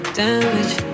damage